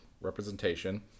representation